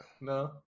no